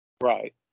right